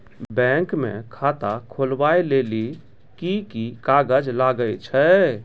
Bank म खाता खोलवाय लेली की की कागज लागै छै?